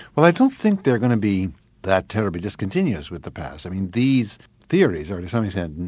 well, i don't think they're going to be that terribly discontinuous with the past. i mean, these theories are to some extent,